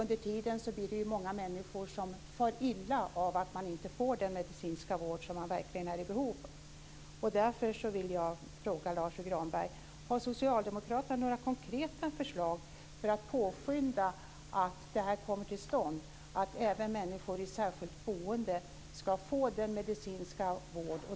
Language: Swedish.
Under tiden blir det många människor som far illa av att de inte får den medicinska vård som de verkligen är i behov av. Därför vill jag fråga Lars U Granberg: Har Socialdemokraterna några konkreta förslag för att påskynda att medicinsk vård kommer till stånd även för människor i särskilt boende?